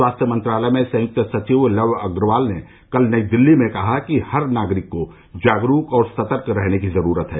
स्वास्थ्य मंत्रालय में संयुक्त सचिव लव अग्रवाल ने कल नई दिल्ली में कहा कि हर नागरिक को जागरुक और सतर्क रहने की जरूरत है